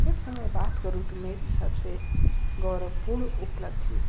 अगरचे बात करूँ तो मेरी सब से गौरवपूर्ण उपलब्धि